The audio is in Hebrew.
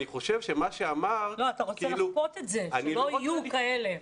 לא, אתה רוצה לכפות את זה, שלא יהיו כאלה.